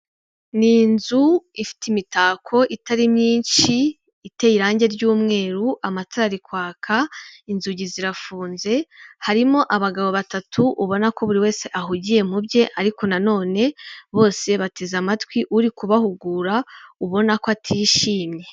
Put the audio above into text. Ni inzu ifite imitako itari myinshi, iteye irangi ry'umweru, amatara ari kwaka, inzugi zirafunze, harimo abagabo batatu ubona ko buri wese ahugiye mu bye ariko nanone bose bateze amatwi uri kubahugura ubona ko atishimye.